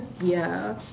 ya